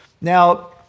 Now